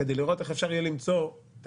כדי לראות איך אפשר יהיה למצוא תקציב,